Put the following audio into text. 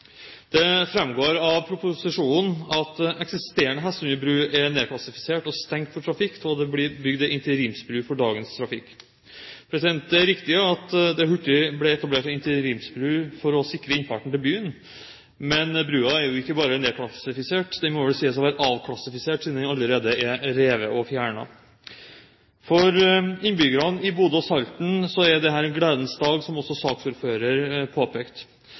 Det framgår av proposisjonen at eksisterende Hestsundet bru er nedklassifisert og stengt for trafikk, og det er bygd ei interimsbru for dagens trafikk. Det er riktig at det hurtig ble bygd ei interimsbru for å sikre innfarten til byen. Men brua er jo ikke bare nedklassifisert. Den må vel sies å være avklassifisert, siden den allerede er revet og fjernet. For innbyggerne i Bodø og Salten er dette en gledens dag, som også saksordføreren påpekte.